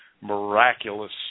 miraculous